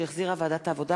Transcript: שהחזירה ועדת העבודה,